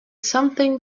something